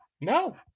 No